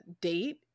date